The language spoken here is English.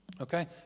Okay